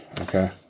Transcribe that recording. Okay